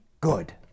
good